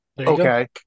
Okay